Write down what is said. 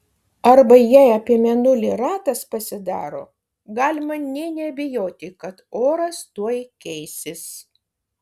arba jei apie mėnulį ratas pasidaro galima nė neabejoti kad oras tuoj keisis